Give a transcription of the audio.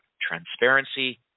transparency